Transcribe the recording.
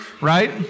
Right